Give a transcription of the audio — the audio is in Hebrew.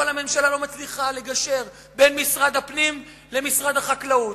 אבל הממשלה לא מצליחה לגשר בין משרד הפנים למשרד החקלאות,